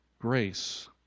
Grace